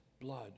blood